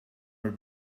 were